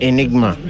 Enigma